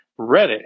Reddit